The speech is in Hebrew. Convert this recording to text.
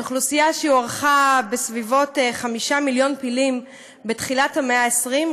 מאוכלוסייה של פילים שהוערכה בסביבות 5 מיליון בתחילת המאה ה-20,